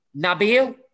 Nabil